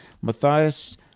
Matthias